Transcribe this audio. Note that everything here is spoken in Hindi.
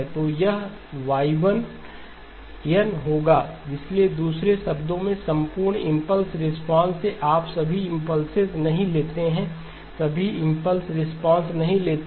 तो यह Y1 n K−∞ x nhMn−k होगा इसलिए दूसरे शब्दों मेंसंपूर्ण इंपल्स रिस्पांससे आप सभी इंपल्ससेस नहीं लेते हैं सभी इंपल्स रिस्पांस नहीं लेते हैं